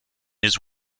his